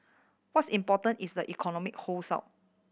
what's important is the economy holds up